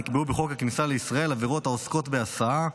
נקבעו בחוק הכניסה לישראל עבירות העוסקות בהסעה,